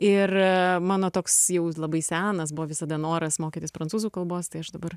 ir mano toks jau labai senas buvo visada noras mokytis prancūzų kalbos tai aš dabar